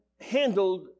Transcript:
handled